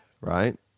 right